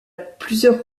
plusieurs